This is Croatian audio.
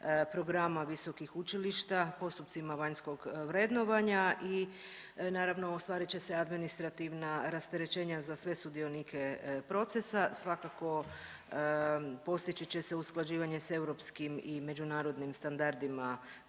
programa visokih učilišta postupcima vanjskog vrednovanja i naravno ostvarit će se administrativna rasterećenja za sve sudionike procesa, svakako postići će se usklađivanje s europskim i međunarodnim standardima